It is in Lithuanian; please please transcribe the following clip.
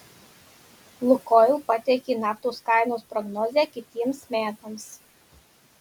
lukoil pateikė naftos kainos prognozę kitiems metams